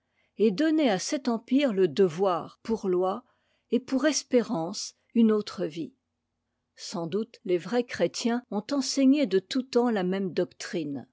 et donner à cet empire le devoir pour loi et pour espérance une autre vie sans doute les vrais chrétiens ont enseigné de tout temps la même doctrine